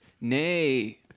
nay